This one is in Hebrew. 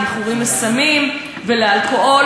במכורים לסמים ולאלכוהול,